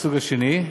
2. הסוג שני: